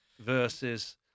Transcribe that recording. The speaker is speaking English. versus